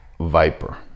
viper